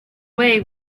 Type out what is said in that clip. way